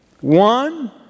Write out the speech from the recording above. One